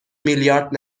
میلیارد